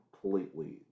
completely